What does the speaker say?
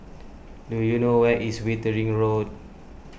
do you know where is Wittering Road